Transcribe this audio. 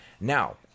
now